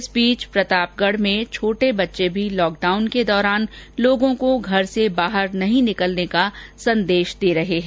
इस बीच प्रतापगढ में छोटे बच्चे भी लॉक डाउन के दौरान लोगों को घर से बाहर नहीं निकलने का संदेश दे रहे हैं